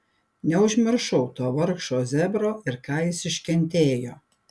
neužmiršau to vargšo zebro ir ką jis iškentėjo